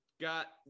got